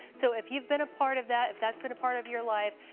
so if you've been a part of that, if that's been a part of your life,